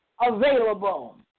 available